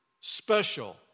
special